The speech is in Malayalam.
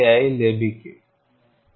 ഓർക്കുക ഇത് വളരെ വിപുലീകരിച്ച ചിത്രമാണ്